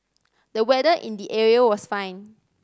the weather in the area was fine